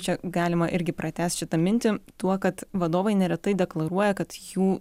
čia galima irgi pratęst šitą mintį tuo kad vadovai neretai deklaruoja kad jų